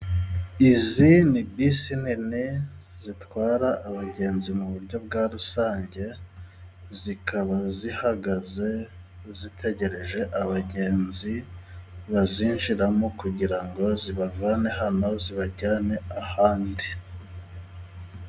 Izi ni bisi nini zitwara abagenzi mu buryo bwa rusange, zikaba zihagaze zitegereje abagenzi bazinjiramo kugira ngo zibavane hano zibajyane ahandi.